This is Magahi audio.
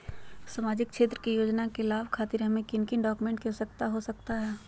सामाजिक क्षेत्र की योजनाओं के लाभ खातिर हमें किन किन डॉक्यूमेंट की आवश्यकता हो सकता है?